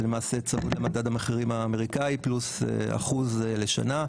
למעשה זה צמוד למדד המחירים האמריקאי מינוס אחוז לשנה,